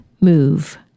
move